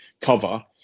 cover